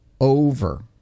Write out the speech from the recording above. over